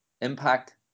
Impact